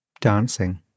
dancing